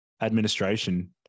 administration